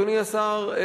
אדוני השר,